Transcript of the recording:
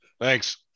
Thanks